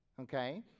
okay